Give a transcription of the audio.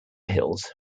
hills